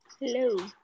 Hello